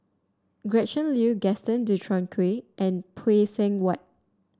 Gretchen Liu Gaston Dutronquoy and Phay Seng Whatt